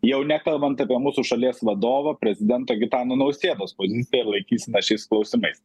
jau nekalbant apie mūsų šalies vadovo prezidento gitano nausėdos poziciją ir laikyseną šiais klausimais